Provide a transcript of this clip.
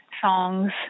songs